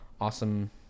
awesome